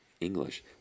English